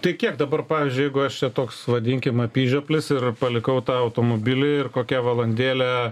tai kiek dabar pavyzdžiui jeigu aš čia toks vadinkim apyžioplis ir palikau tą automobilį ir kokią valandėlę